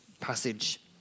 passage